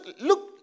look